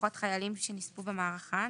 משפחות חיילים שנספו במערכה.